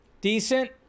decent